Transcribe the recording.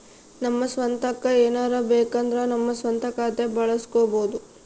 ನಮ್ಮ ಸ್ವಂತಕ್ಕ ಏನಾರಬೇಕಂದ್ರ ನಮ್ಮ ಸ್ವಂತ ಖಾತೆ ಬಳಸ್ಕೋಬೊದು